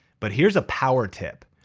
but here's a power tip.